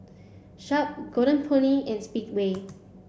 Sharp Golden Peony and Speedway